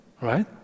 right